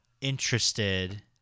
interested